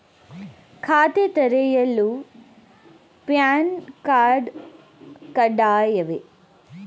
ಖಾತೆ ತೆರೆಯಲು PAN card ಕಡ್ಡಾಯವೇ?